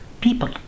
people